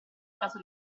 caso